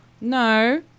no